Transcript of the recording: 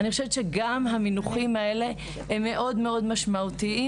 אני חושבת שגם המינוחים האלה הם משמעותיים מאוד,